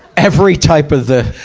every type of the,